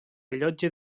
rellotge